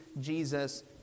Jesus